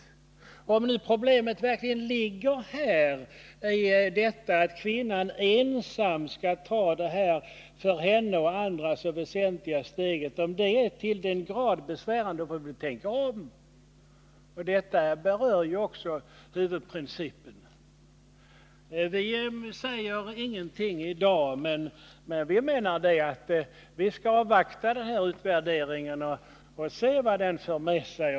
Om nu problemet verkligen ligger i att kvinnan ensam skall ta detta för henne och andra så väsentliga steg och det är till den grad besvärande får vi tänka om, eftersom detta ju också berör huvudprincipen. Vi säger sålunda ingenting i dag, utan vi menar att vi först skall avvakta resultatet av utvärderingen och se vad den för med sig.